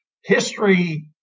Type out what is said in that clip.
history